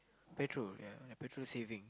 petrol ya and petrol saving